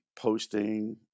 posting